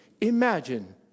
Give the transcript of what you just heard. Imagine